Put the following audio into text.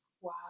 Wow